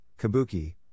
Kabuki